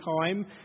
time